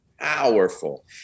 powerful